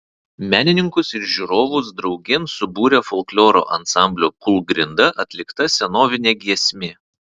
menininkus ir žiūrovus draugėn subūrė folkloro ansamblio kūlgrinda atlikta senovinė giesmė